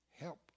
Help